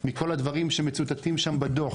מכל הדברים שמצוטטים שם בדו"ח.